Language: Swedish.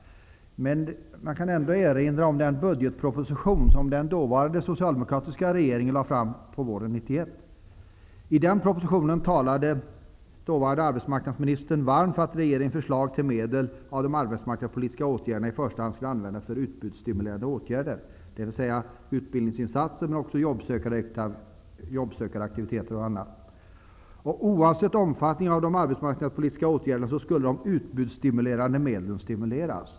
Men man kan ändå erinra om den budgetproposition som den dåvarande socialdemokratiska regeringen lade fram våren 1991. I den propositionen talade dåvarande arbetsmarknadsministern varmt för att regeringens förslag till medel för arbetsmarknadspolitiska åtgärder i första hand skulle användas till utbudsstimulerande åtgärder, dvs. för utbildningsinsatser, men också för jobbsökaraktiviteter m.m. Oavsett omfattningen av de arbetsmarknadspolitiska åtgärderna skulle de utbudsstimulerande åtgärderna stärkas.